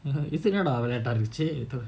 இதுஇதென்னடா:idhu idhennada late ah ஆகிடுச்சு:aakiduchu